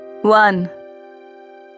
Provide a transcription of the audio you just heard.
One